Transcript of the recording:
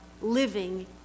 living